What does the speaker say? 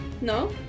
No